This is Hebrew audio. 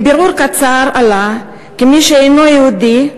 מבירור קצר עלה כי מי שאינו יהודי,